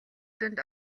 дүнд